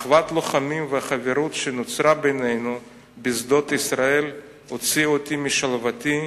אחוות הלוחמים והחברות שנוצרה בינינו בשדות ישראל הוציאו אותי משלוותי,